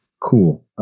Cool